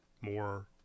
more